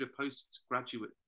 postgraduate